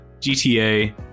GTA